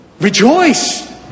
Rejoice